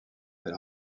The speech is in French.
elle